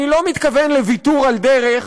אני לא מתכוון לוויתור על דרך,